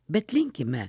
bet linkime